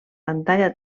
pantalla